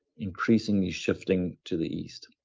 increasingly shifting to the east.